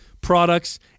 products